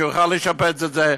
שיוכל לשפץ את זה.